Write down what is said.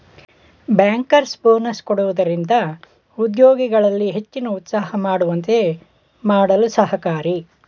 bankers bonus ಕೊಡುವುದರಿಂದ ಉದ್ಯೋಗಿಗಳಲ್ಲಿ ಹೆಚ್ಚಿನ ಉತ್ಸಾಹ ಮೂಡುವಂತೆ ಮಾಡಲು ಸಹಕಾರಿ